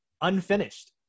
unfinished